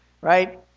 right